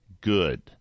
good